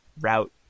route